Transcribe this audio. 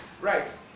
Right